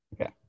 Okay